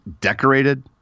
decorated